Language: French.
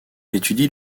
étudie